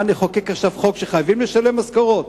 מה, נחוקק עכשיו חוק שחייבים לשלם משכורות?